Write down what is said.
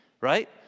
right